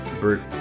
bert